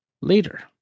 later